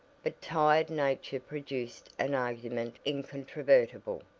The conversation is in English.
but tired nature produced an argument incontrovertible,